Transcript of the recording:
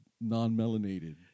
non-melanated